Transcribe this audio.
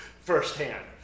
firsthand